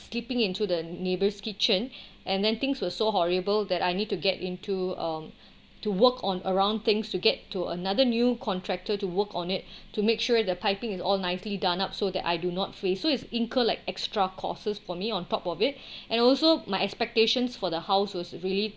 slipping into the neighbour's kitchen and then things were so horrible that I need to get into um to work on around things to get to another new contractor to work on it to make sure the piping is all nicely done up so that I do not face so it's incurred like extra costs for me on top of it and also my expectations for the house was really